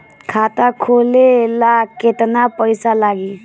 खाता खोले ला केतना पइसा लागी?